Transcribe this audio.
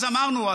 אז אמרנו,